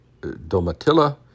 Domatilla